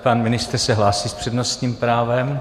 Pan ministr se hlásí s přednostním právem.